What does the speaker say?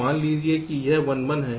तो मान लीजिए कि यह 1 1 है